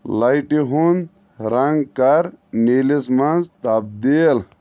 لایٹہِ ہُند رنگ کر نیٖلِس منز تبدیل